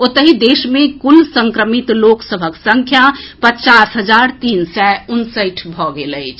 ओतहि देश मे कुल संक्रमित लोक सभक संख्या पचास हजार तीन सय उनसठि भऽ गेल अछि